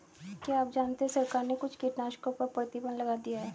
क्या आप जानते है सरकार ने कुछ कीटनाशकों पर प्रतिबंध लगा दिया है?